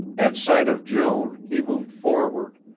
at sight of joan, he moved forward,